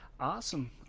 Awesome